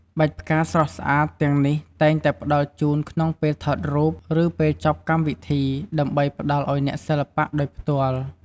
បាច់ផ្កាស្រស់ស្អាតទាំងនេះតែងតែផ្តល់ជូនក្នុងពេលថតរូប ឬពេលចប់កម្មវិធី ដើម្បីផ្ដល់ឱ្យអ្នកសិល្បៈដោយផ្ទាល់។